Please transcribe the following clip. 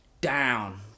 down